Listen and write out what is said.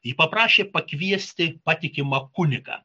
ji paprašė pakviesti patikimą kunigą